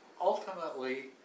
ultimately